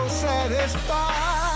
satisfied